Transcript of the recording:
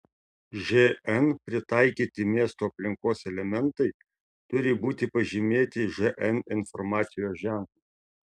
žn pritaikyti miesto aplinkos elementai turi būti pažymėti žn informacijos ženklu